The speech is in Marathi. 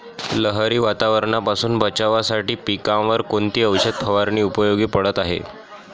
लहरी वातावरणापासून बचावासाठी पिकांवर कोणती औषध फवारणी उपयोगी पडत आहे?